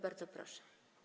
Bardzo proszę.